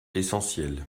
essentiel